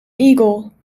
eagle